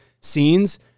scenes